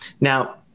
Now